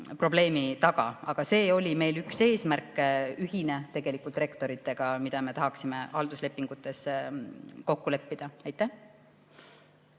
probleemi taga. Aga see oli meil üks eesmärke, tegelikult rektoritega ühine, mida me tahaksime halduslepingutes kokku leppida. Jaak